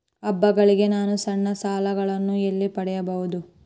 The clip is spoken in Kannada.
ಹಬ್ಬಗಳಿಗಾಗಿ ನಾನು ಸಣ್ಣ ಸಾಲಗಳನ್ನು ಎಲ್ಲಿ ಪಡೆಯಬಹುದು?